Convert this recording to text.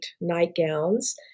nightgowns